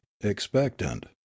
expectant